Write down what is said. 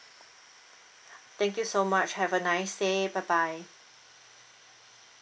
thank you so much have a nice day bye bye